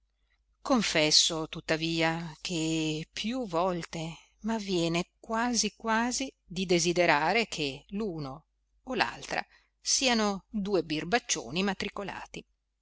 confesso tuttavia che più volte m'avviene quasi quasi di desiderare che l'uno e l'altra siano due birbaccioni matricolati